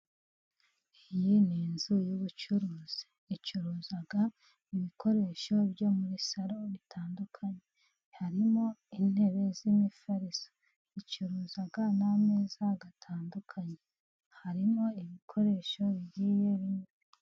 Iyi ni inzu y'ubucuruzi icuruza ibikoresho byo muri salo bitandukanye, harimo intebe z'imifariso, icuruza n'ameza atandukanye, harimo ibikoresho bigiye binyuranye.